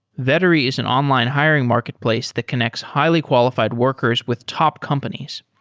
vettery is an online hiring marketplace that connects highly qualified workers with top companies.